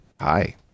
Hi